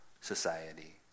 society